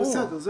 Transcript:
בסדר.